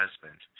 husband